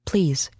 Please